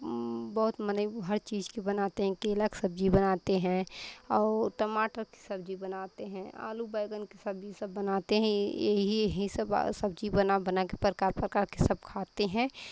बहुत मने वो हर चीज़ के बनाते हैं केला के सब्ज़ी बनाते हैं और टमाटर के सब्ज़ी बनाते हैं आलू बैगन के सब्ज़ी सब बनाते हैं एही यही सब सब्ज़ी बना बना के प्रकार प्रकार के सब खाते हैं